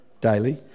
Daily